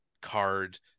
card